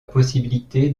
possibilité